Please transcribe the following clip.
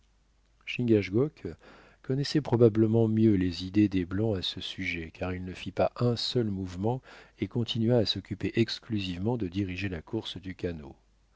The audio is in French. chingachgook connaissait probablement mieux les idées des blancs à ce sujet car il ne fit pas un seul mouvement et continua à s'occuper exclusivement de diriger la course du canot